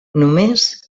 només